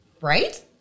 Right